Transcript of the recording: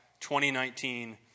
2019